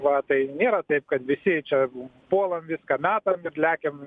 va tai nėra taip kad visi čia puolam viską metam ir lekiam